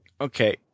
Okay